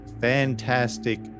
fantastic